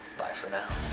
bye for now.